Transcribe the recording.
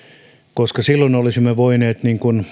koska silloin olisimme voineet